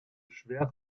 schwer